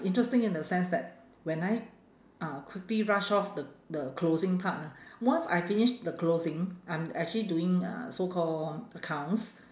interesting in the sense that when I uh quickly rush off the the closing part ah once I finish the closing I'm actually doing uh so call accounts